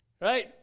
Right